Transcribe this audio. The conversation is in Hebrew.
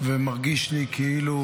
ומרגיש לי כאילו